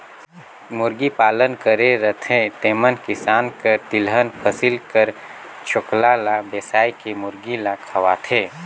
मुरगी पालन करे रहथें तेमन किसान कर तिलहन फसिल कर छोकला ल बेसाए के मुरगी ल खवाथें